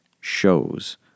shows